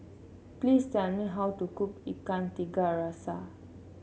please tell me how to cook Ikan Tiga Rasa